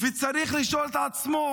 וצריך לשאול את עצמו: